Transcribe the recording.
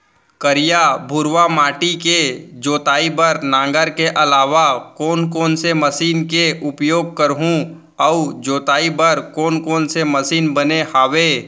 करिया, भुरवा माटी के जोताई बर नांगर के अलावा कोन कोन से मशीन के उपयोग करहुं अऊ जोताई बर कोन कोन से मशीन बने हावे?